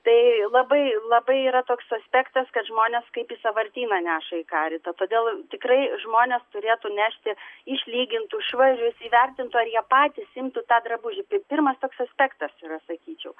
tai labai labai yra toks aspektas kad žmonės kaip į sąvartyną neša į karitą todėl tikrai žmonės turėtų nešti išlygintų švarius įvertintų ar jie patys imtų tą drabužį tai pirmas toks aspektas sakyčiau